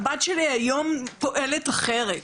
הבת שלי היום פועלת אחרת.